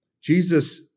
Jesus